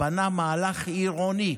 בנה מהלך עירוני,